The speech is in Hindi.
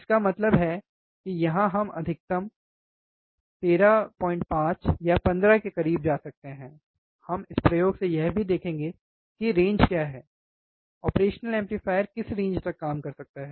इसका मतलब है कि यहां हम अधिकतम 135 या 15 के करीब जा सकते हैं हम इस प्रयोग से यह भी देखेंगे कि रेंज क्या है ऑपरेशनल एम्पलीफायर किस रेंज तक काम कर सकता है